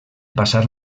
passar